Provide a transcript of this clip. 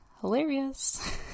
hilarious